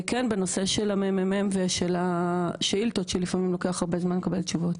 כן בנושא של המ.מ.מ ושל השאילתות שלפעמים לוקח הרבה זמן לקבל תשובות.